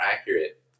accurate